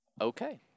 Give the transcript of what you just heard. Okay